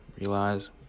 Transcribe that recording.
Realize